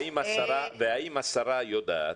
האם השרה יודעת?